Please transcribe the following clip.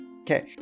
Okay